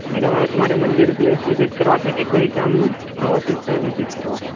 madam હવે તમારે મંદિર પ્લેસ વિઝિટ કરવા છે કે કોઈક આમ પ્રવાસી સ્થળ વિઝિટ કરવા છે